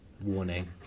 warning